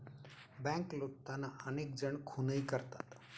bank लुटताना अनेक जण खूनही करतात